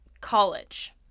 college